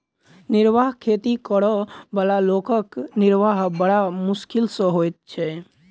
निर्वाह खेती करअ बला लोकक निर्वाह बड़ मोश्किल सॅ होइत छै